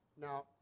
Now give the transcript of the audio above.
Now